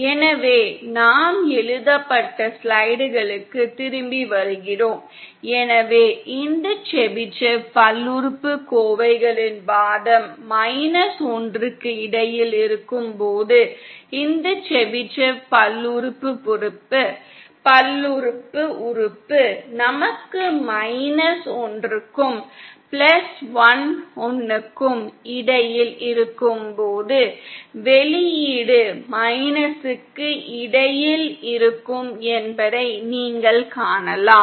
எனவே நாம் எழுதப்பட்ட ஸ்லைடுகளுக்குத் திரும்பி வருகிறோம் எனவே இந்த செபிஷேவ் பல்லுறுப்புக்கோவைகளின் வாதம் மைனஸ் ஒன்றுக்கு இடையில் இருக்கும்போது இந்த செபிஷேவ் பல்லுறுப்புறுப்பு நமக்கு மைனஸ் ஒன்றுக்கும் பிளஸ் ஒன் னுக்கும் இடையில் இருக்கும்போது வெளியீடு மைனஸுக்கு இடையில் இருக்கும் என்பதை நீங்கள் காணலாம்